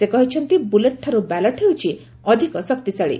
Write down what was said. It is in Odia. ସେ କହିଛନ୍ତି ବୁଲେଟଠାରୁ ବ୍ୟାଲଟ ହେଉଛି ଅଧିକ ଶକ୍ତିଶାଳୀ